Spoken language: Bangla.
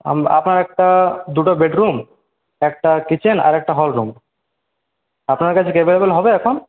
আপা আপনার একটা দুটো বেডরুম একটা কিচেন আর একটা হলরুম আপনার কাছে কি অ্যাভেলেবল হবে এখন